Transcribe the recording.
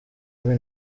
muri